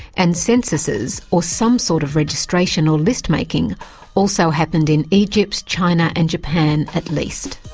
and censuses or some sort of registration or list-making also happened in egypt, china and japan, at least.